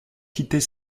quitter